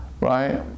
Right